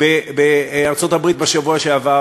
ואתם יושבים עם רגל על רגל, כבוד השר,